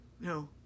no